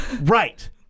Right